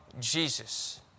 Jesus